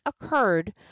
occurred